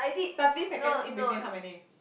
thirty seconds in between how many